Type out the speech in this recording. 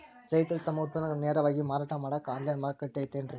ರೈತರು ತಮ್ಮ ಉತ್ಪನ್ನಗಳನ್ನ ನೇರವಾಗಿ ಮಾರಾಟ ಮಾಡಾಕ ಆನ್ಲೈನ್ ಮಾರುಕಟ್ಟೆ ಐತೇನ್ರಿ?